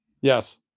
Yes